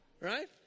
right